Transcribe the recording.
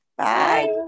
Bye